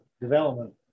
development